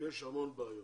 המון בעיות.